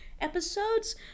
episodes